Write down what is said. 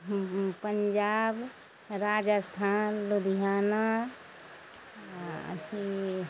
हँ हँ पंजाब राजस्थान लुधियाना आ अथी